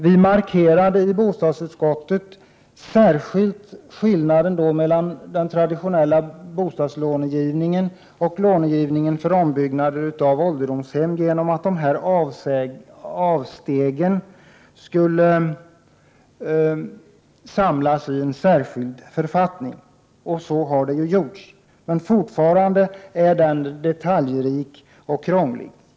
Vi markerade i bostadsutskottet särskilt skillnaden mellan den traditionella bostadslånegivningen och lånegivningen för ombyggnader av ålderdomshemmen genom att alla avsteg skulle samlas i en särskild författning. Så har också skett. Men fortfarande är reglerna detaljrika och krångliga.